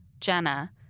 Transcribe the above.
Jenna